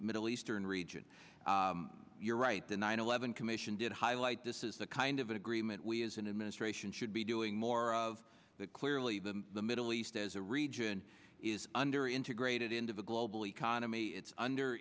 middle eastern region you're right the nine eleven commission did highlight this is the kind of agreement we as an administration should be doing more of that clearly the the middle east as a region is under integrated into the global economy it's under